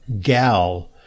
gal